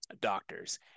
doctors